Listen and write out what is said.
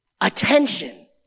attention